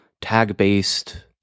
tag-based